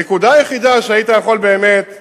הנקודה היחידה שהיית יכול באמת לשאול: